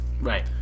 Right